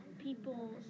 People